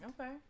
Okay